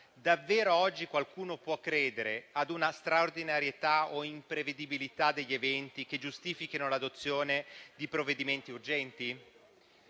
davvero oggi qualcuno può credere ad una straordinarietà o imprevedibilità degli eventi che giustifichino l'adozione di provvedimenti urgenti?